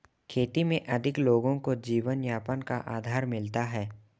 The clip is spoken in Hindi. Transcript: खेती में अधिक लोगों को जीवनयापन का आधार मिलता है